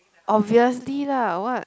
obviously lah what